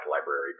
library